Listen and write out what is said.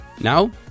Now